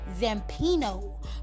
Zampino